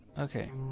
Okay